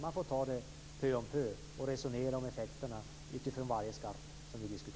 Man får ta detta pö om pö och resonera om effekterna för varje skatt.